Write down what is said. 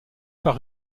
par